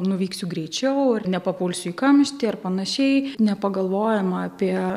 nuvyksiu greičiau ir nepapulsiu į kamštį ar panašiai nepagalvojama apie